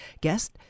guest